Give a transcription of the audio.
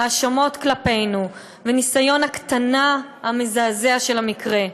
האשמות כלפינו וניסיון ההקטנה המזעזע של המקרה.